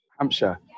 Hampshire